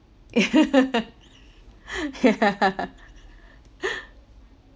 yeah